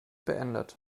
beendet